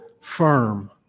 firm